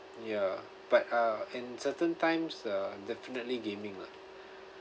ya but uh and certain times uh definitely gaming lah